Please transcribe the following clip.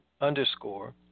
underscore